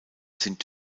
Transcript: sind